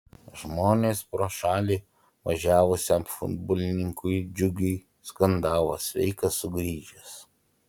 žmonės pro šalį važiavusiam futbolininkui džiugiai skandavo sveikas sugrįžęs